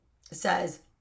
says